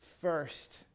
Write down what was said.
first